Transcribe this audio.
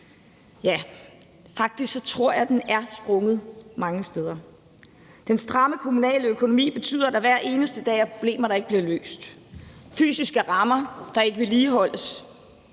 Faktisk tror jeg, at den er sprunget mange steder. Den stramme kommunale økonomi betyder, at der hver eneste dag er problemer, der ikke bliver løst. Det er fysiske rammer, der ikke vedligeholdes.